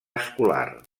escolar